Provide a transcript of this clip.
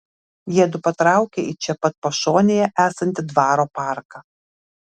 jiedu patraukia į čia pat pašonėje esantį dvaro parką